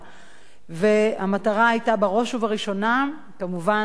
והמטרה היתה בראש ובראשונה כמובן להיטיב עם